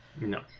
No